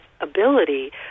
ability